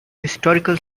historical